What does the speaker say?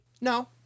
No